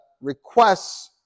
requests